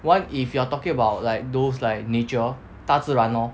one if you are talking about like those like nature 大自然 lor